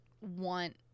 want